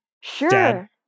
Sure